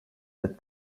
that